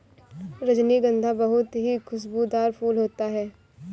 रजनीगंधा बहुत ही खुशबूदार फूल होता है